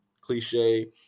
cliche